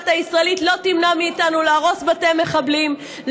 הישראלית לא תמנע מאיתנו להרוס בתי מחבלים,